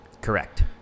Correct